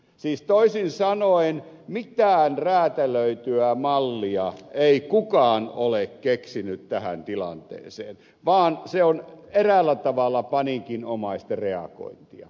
siis toisin sanoen mitään räätälöityä mallia ei kukaan ole keksinyt tähän tilanteeseen vaan se on eräällä tavalla paniikinomaista reagointia